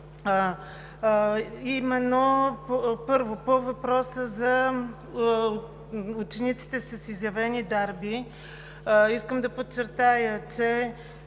трибуна. Първо, по въпроса за учениците с изявени дарби, искам да подчертая, че